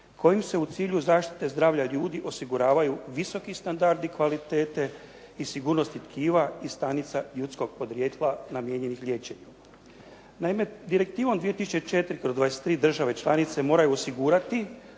kojim se u cilju zaštite zdravlja ljudi osiguravaju visoki standardi kvalitete i sigurnosti tkiva i stanica ljudskog podrijetla namijenjenih liječenju. Naime, Direktivom 2004/23 države članice moraju osigurati